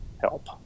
help